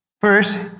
First